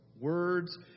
words